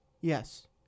Yes